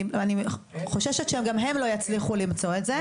אני חוששת שגם הם לא יצליחו למצוא את זה,